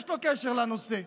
יש לו קשר לנושא.